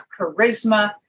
charisma